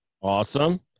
Awesome